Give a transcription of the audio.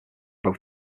both